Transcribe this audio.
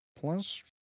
plus